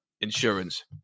insurance